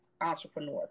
entrepreneurs